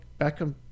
Beckham